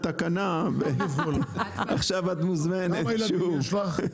שהן תעבודנה 40 שעות.